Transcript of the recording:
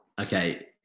Okay